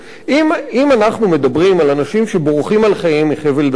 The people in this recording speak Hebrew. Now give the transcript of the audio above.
אם אנחנו מדברים על אנשים שבורחים על חייהם מחבל דארפור,